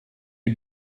you